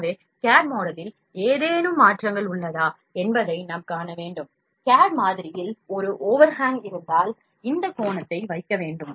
எனவே கேட் மாடலில் ஏதேனும் மாற்றங்கள் உள்ளதா என்பதை நாம் காண வேண்டும் கேட் மாதிரியில் ஒரு ஓவர்ஹாங் இருந்தால் இந்த கோணத்தை வைக்க வேண்டும்